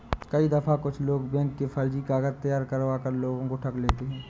कई दफा कुछ लोग बैंक के फर्जी कागज तैयार करवा कर लोगों को ठग लेते हैं